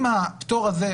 אם הפטור הזה,